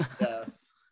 yes